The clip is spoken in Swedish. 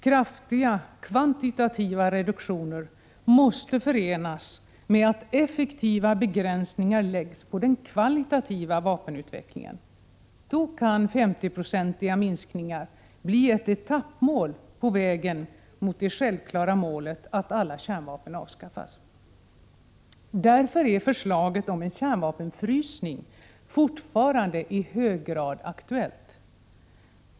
Kraftiga kvantitativa reduktioner måste förenas med att effektiva begränsningar läggs på den kvalitativa vapenutvecklingen. Då kan 50-procentiga minskningar bli ett etappmål på vägen mot det självklara målet att alla kärnvapen avskaffas. Förslaget om en kärnvapenfrysning är därför fortfarande i hög grad aktuellt.